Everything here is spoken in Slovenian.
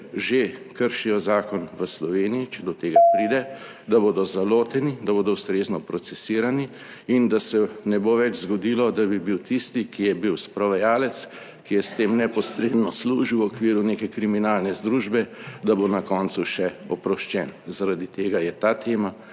že kršijo zakon v Sloveniji, če do tega pride, da bodo zaloteni, da bodo ustrezno procesirani in da se ne bo več zgodilo, da bi bil tisti, ki je bil sprovajalec, ki je s tem neposredno služil v okviru neke kriminalne združbe, da bo na koncu še oproščen. Zaradi tega je ta tema